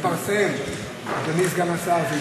זה התפרסם, אדוני סגן השר.